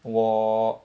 我